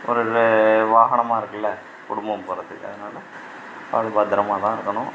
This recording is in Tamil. ஒரு வாகனமா இருக்குல்லை குடும்பம் போகிறத்துக்கு அதனால அது பத்திரமா தான் இருக்கணும்